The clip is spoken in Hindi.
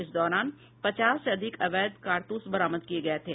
इस दौरान पचास से अधिक अवैध कारतूस बरामद किये गये थे